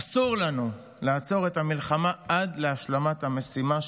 אסור לנו לעצור את המלחמה עד להשלמת המשימה,